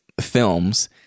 films